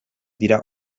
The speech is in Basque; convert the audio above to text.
dira